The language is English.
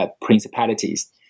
principalities